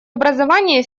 образования